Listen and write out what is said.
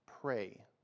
Pray